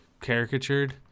caricatured